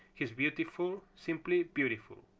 he's beautiful, simply beautiful,